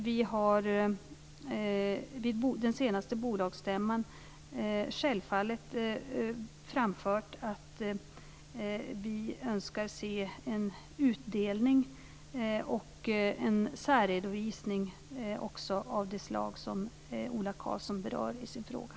Vi har vid den senaste bolagsstämman självfallet framfört att vi önskar se en utdelning och en särredovisning av det slag som Ola Karlsson berör i sin fråga.